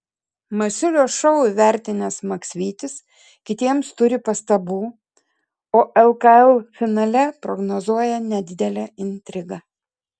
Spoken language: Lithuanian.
masiulio šou įvertinęs maksvytis kitiems turi pastabų o lkl finale prognozuoja nedidelę intrigą